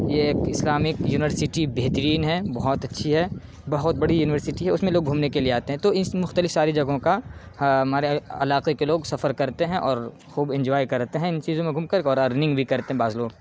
یہ ایک Islamic university بہترین ہے بہت اچھی ہے بہت بڑی یونیورسٹی ہے اس میں لوگ گھومنے کے لیے آتے ہیں تو اس مختلف ساری جگہوں کا ہمارے علاقے کے لوگ سفر کرتے ہیں اور خوب انجوائے کرتے ہیں ان چیزوں میں گھوم کر اور ارننگ بھی کرتے ہیں بعض لوگ